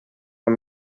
amb